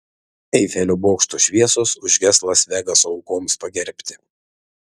eifelio bokšto šviesos užges las vegaso aukoms pagerbti